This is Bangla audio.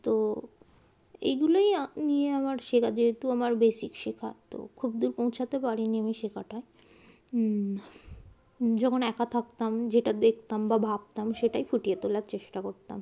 তো এইগুলোই নিয়ে আমার শেখা যেহেতু আমার বেসিক শেখা তো খুব দূর পৌঁছাতে পারিনি আমি শেখাটায় যখন একা থাকতাম যেটা দেখতাম বা ভাবতাম সেটাই ফুটিয়ে তোলার চেষ্টা করতাম